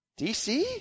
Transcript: DC